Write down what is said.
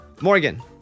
Morgan